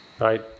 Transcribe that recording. Right